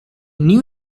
new